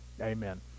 Amen